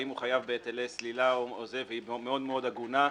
אם הוא חייב בהיטלי סלילה והיא מאוד מאוד הגונה,